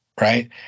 right